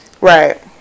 right